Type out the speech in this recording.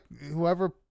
whoever